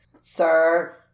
sir